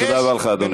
תודה רבה לך, אדוני.